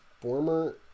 former